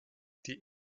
die